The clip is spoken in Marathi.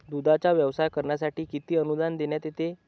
दूधाचा व्यवसाय करण्यासाठी किती अनुदान देण्यात येते?